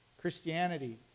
Christianity